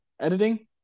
editing